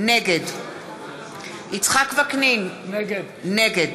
נגד יצחק וקנין, נגד